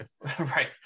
Right